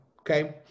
okay